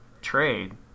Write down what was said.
trade